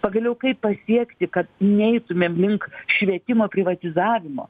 pagaliau kaip pasiekti kad neitumėm link švietimo privatizavimo